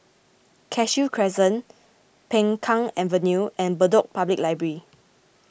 Cashew Crescent Peng Kang Avenue and Bedok Public Library